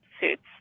suits